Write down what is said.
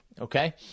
Okay